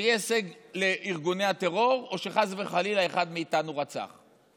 שיהיה הישג לארגוני הטרור או שחס וחלילה אחד מאיתנו רצח?